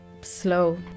slow